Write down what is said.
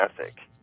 ethic